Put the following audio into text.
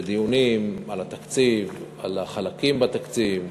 בדיונים על התקציב, על חלקים בתקציב,